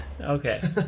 Okay